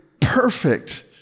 perfect